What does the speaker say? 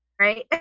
right